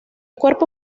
cuerpo